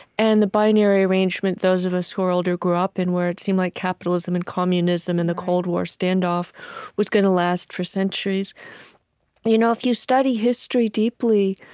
and the binary arrangement, those of us who are older grew up and where it seemed like capitalism and communism and the cold war standoff was going to last for centuries you know if you study history deeply,